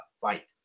fight